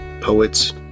poets